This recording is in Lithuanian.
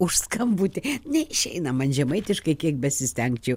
už skambutį neišeina man žemaitiškai kiek besistengčiau